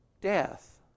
death